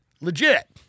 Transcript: legit